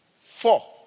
Four